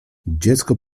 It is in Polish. dziecko